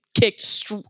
kicked